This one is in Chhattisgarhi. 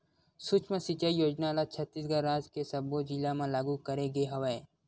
सुक्ष्म सिचई योजना ल छत्तीसगढ़ राज के सब्बो जिला म लागू करे गे हवय